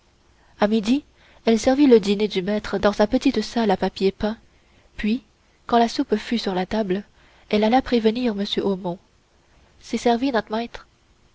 a midi elle servit le dîner du maître dans sa petite salle à papier peint puis quand la soupe fut sur la table elle alla prévenir m omont c'est servi not maître